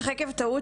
אך עקב טעות,